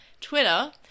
Twitter